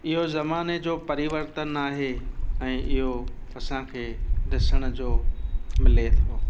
इहो ज़माने जो परिवर्तन आहे ऐं इहो असांखे ॾिसण जो मिले थो